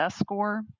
score